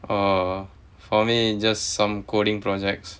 err for me it's just some coding projects